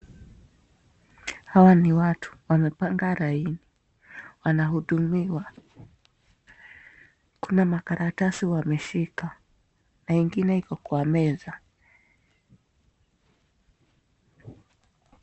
Hawa ni watu ,wamepanga laini, wanahudumiwa ,kuna makaratasi, wameshika na ingine kwa meza.